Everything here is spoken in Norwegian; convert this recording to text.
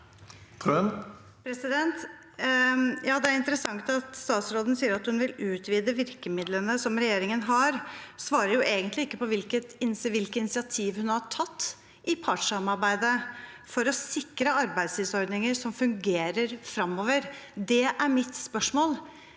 Det er in- teressant at statsråden sier at hun vil utvide virkemidlene som regjeringen har, men hun svarer egentlig ikke på hvilke initiativ hun har tatt i partssamarbeidet for å sikre arbeidstidsordninger som fungerer fremover. Det er mitt spørsmål.